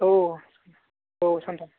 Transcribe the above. औ औ औ औ सानथाम